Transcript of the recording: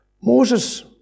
Moses